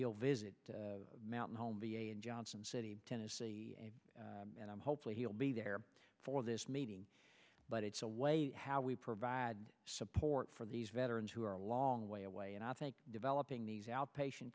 he'll visit mountain home v a in johnson city tennessee and i'm hopefully he'll be there for this meeting but it's a way how we provide support for these veterans who are a long way away and i think developing these outpatient